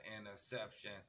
interception